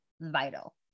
vital